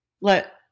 let